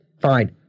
fine